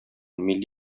милли